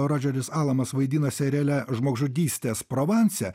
rodžeris alamas vaidina seriale žmogžudystės provanse